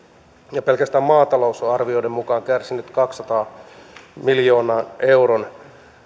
ja pelkästään maatalous on arvioiden mukaan kärsinyt kahdensadan miljoonan euron